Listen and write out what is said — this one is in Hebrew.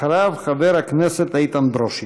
אחריו, חבר הכנסת איתן ברושי.